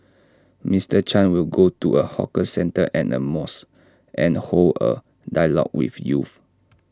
Mister chan will go to A hawker centre and A mosque and hold A dialogue with youth